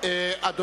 אין